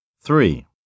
Three